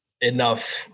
Enough